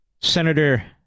Senator